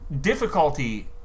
difficulty